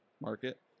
market